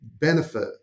benefit